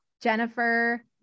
jennifer